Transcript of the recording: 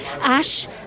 ash